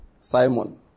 Simon